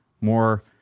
more